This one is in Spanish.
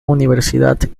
universidad